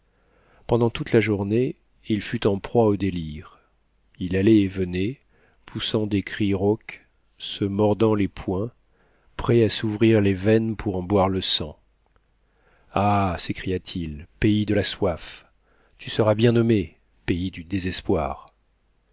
pendant toute la journée il fut en proie au délire il allait et venait poussant des cris rauques se mordant les poings prêt à s'ouvrir les veines pour en boire le sang ah s'écria-t-il pays de la soif tu serais bien nommé pays du désespoir